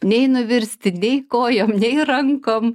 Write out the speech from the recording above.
nei nuvirsti nei kojom rankom